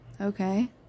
okay